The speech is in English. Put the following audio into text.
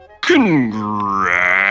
Congrats